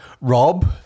Rob